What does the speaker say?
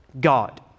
God